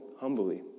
humbly